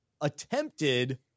attempted